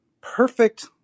perfect